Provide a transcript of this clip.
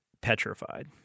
petrified